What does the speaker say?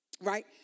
right